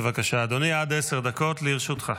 בבקשה, אדוני, עד עשר דקות לרשותך.